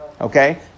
Okay